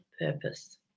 purpose